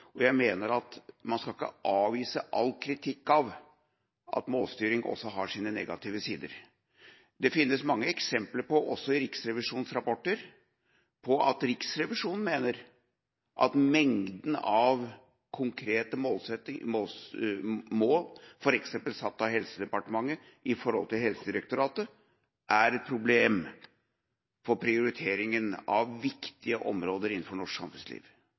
og jeg mener at man ikke skal avvise all kritikk av at målstyring også har sine negative sider. Det finnes mange eksempler, også i Riksrevisjonens rapporter, på at Riksrevisjonen mener at mengden av konkrete mål, f.eks. satt av Helsedepartementet til Helsedirektoratet, er et problem for prioriteringen av viktige områder innenfor norsk samfunnsliv.